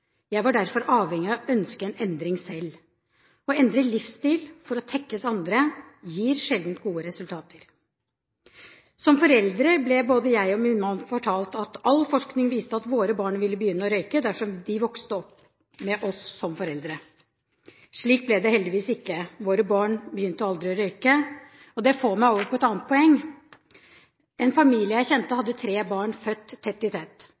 Jeg var derfor avhengig av å ønske en endring selv. Å endre livsstil for å tekkes andre gir sjelden gode resultater. Som foreldre ble både jeg og min mann fortalt at all forskning viste at våre barn ville begynne å røke dersom de vokste opp med røkende foreldre. Slik ble det heldigvis ikke. Våre barn begynte aldri å røke. Det får meg over på et annet poeng: En familie jeg kjente, hadde tre barn, født tett i tett.